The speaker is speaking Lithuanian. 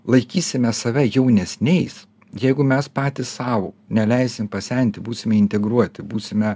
laikysime save jaunesniais jeigu mes patys sau neleisim pasenti būsime integruoti būsime